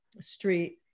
street